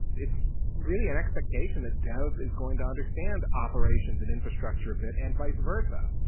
it's really an expectation that dev is going to understand operations and infrastructure a bit and vice versa,